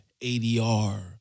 ADR